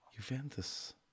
Juventus